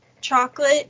chocolate